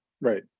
Right